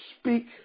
speak